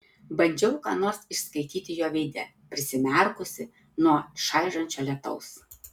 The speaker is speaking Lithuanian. bandžiau ką nors išskaityti jo veide prisimerkusi nuo čaižančio lietaus